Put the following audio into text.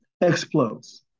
explodes